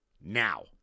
now